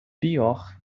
pior